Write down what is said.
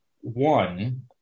one